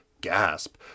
gasp